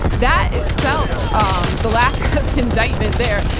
that itself, um the lack of indictment there,